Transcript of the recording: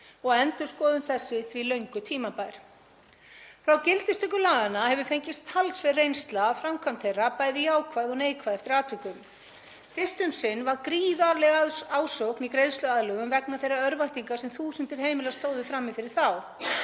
og endurskoðun þessi er því löngu tímabær. Frá gildistöku laganna hefur fengist talsverð reynsla af framkvæmd þeirra, bæði jákvæð og neikvæð eftir atvikum. Fyrst um sinn var gríðarleg ásókn í greiðsluaðlögun vegna þeirrar örvæntingar sem þúsundir heimila stóðu frammi fyrir þá